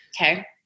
Okay